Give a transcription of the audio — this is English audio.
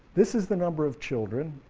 this is the number of children,